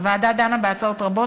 הוועדה דנה בהצעות רבות,